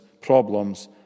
problems